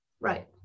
Right